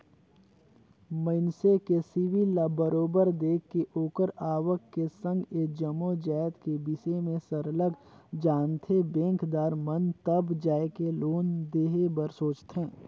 मइनसे के सिविल ल बरोबर देख के ओखर आवक के संघ ए जम्मो जाएत के बिसे में सरलग जानथें बेंकदार मन तब जाएके लोन देहे बर सोंचथे